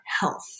health